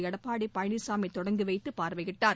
எடப்பாடி பழனிசாமி தொடங்கி வைத்து பார்வையிட்டார்